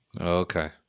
Okay